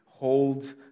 Hold